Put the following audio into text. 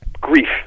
grief